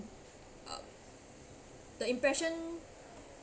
uh the impression